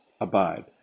abide